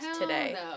today